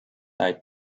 eyed